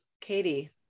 Katie